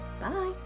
Bye